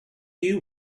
you